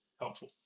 helpful